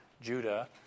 Judah